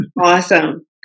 Awesome